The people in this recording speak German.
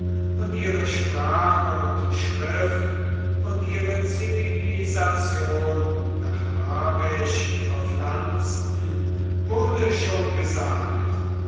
und ihre sprache und schrift und ihre zivilisation nach habesch verpflanzten wurde schon gesagt